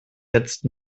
jetzt